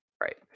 right